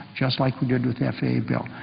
just like we did with the f a a. bill.